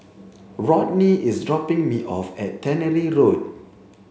Rodney is dropping me off at Tannery Road